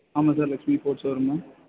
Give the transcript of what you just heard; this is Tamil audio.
ஆமாம் sir Lakshmi Ford show room தான்